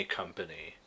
company